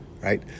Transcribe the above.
right